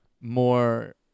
more